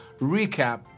recap